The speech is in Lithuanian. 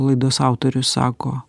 laidos autorius sako